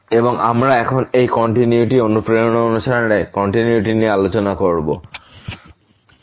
এবং আমরা এখন সেই কন্টিনিউইটি অনুপ্রেরণা অনুসারে কন্টিনিউইটি নিয়ে আলোচনা করব x2y2x3y3